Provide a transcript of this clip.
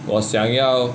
我想要